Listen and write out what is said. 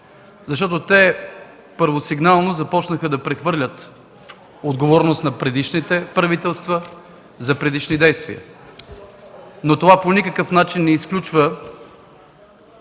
Защото те първосигнално започнаха да прехвърлят отговорност на предишните правителства за предишни действия. Това по никакъв начин не изключва